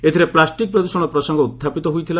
ଏଥିରେ ପ୍ଲାଷ୍ଟିକ୍ ପ୍ରଦୁଷଣ ପ୍ରସଙ୍ଗ ଉତ୍ଥାପିତ ହୋଇଥିଲା